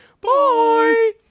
Bye